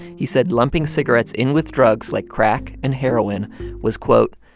he said lumping cigarettes in with drugs like crack and heroin was, quote,